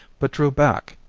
but drew back,